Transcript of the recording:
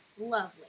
lovely